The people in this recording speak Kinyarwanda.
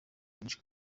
myinshi